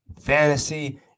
fantasy